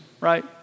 right